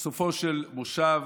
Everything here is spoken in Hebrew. סופו של מושב